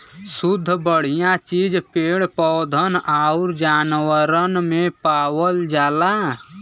सुद्ध बढ़िया चीज पेड़ पौधन आउर जानवरन में पावल जाला